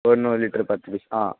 தொண்ணூறு லிட்ரு பத்து பீஸ் ஆ